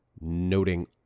noting